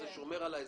זה שומר על האזרח.